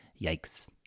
Yikes